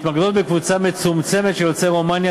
מתמקדות בקבוצה מצומצמת של יוצאי רומניה